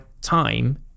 time